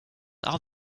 are